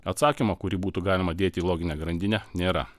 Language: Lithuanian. atsakymą kurį būtų galima dėti į loginę grandinę nėra